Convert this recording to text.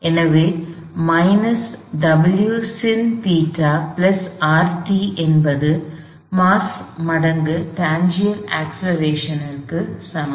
எனவே minus W Sin ϴ plus Rt என்பது mass மடங்கு டான்சென்ஷியல் அக்ஸ்லெரேஷன் க்கு சமம்